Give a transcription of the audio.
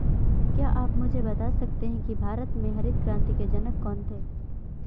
क्या आप मुझे बता सकते हैं कि भारत में हरित क्रांति के जनक कौन थे?